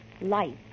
Life